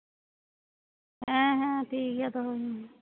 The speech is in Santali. ᱦᱮᱸ ᱦᱮᱸ ᱴᱷᱤᱠ ᱜᱮᱭᱟ ᱫᱚᱦᱚᱭ ᱢᱮ